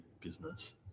business